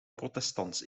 protestants